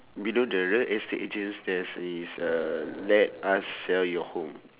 below the real estate agents there's is a let us sell your home